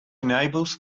enables